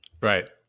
Right